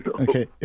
Okay